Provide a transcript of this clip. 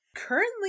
Currently